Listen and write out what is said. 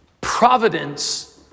Providence